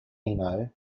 eno